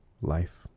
life